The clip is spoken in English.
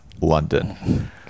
London